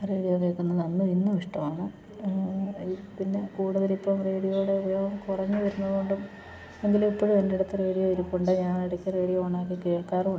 radio കേൾക്കുന്നതന്നും ഇന്നും ഇഷ്ടമാണ് എല്ലാം പിന്നെ കൂടുതലിപ്പം റേഡിയോയുടെ ഉപയോഗം കുറഞ്ഞു വരുന്നതു കൊണ്ടും എങ്കിലും ഇപ്പോഴും എൻ്റടുത്ത് റേഡിയോ ഇരിപ്പുണ്ട് ഞാനിടക്ക് റേഡിയോ ഓണാക്കി കേൾക്കാറും ഉണ്ട്